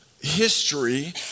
history